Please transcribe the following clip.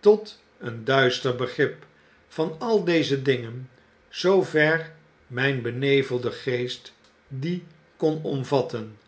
tot een duister begrip van al deze dingen zoover myn benevelde geest die kon omvatten